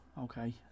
Okay